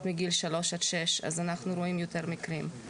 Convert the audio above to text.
מגיל שלוש עד שש אנחנו רואים יותר מקרים.